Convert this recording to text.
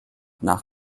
nach